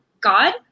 God